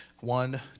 One